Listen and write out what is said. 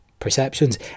perceptions